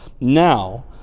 now